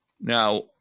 Now